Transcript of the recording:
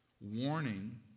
warning